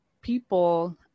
people